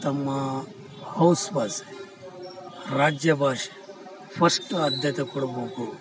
ತಮ್ಮಾ ಹೌಸ್ ಭಾಷೆ ರಾಜ್ಯ ಭಾಷೆ ಫಸ್ಟ್ ಆದ್ಯತೆ ಕೊಡಬೇಕು